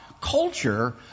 Culture